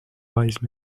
wise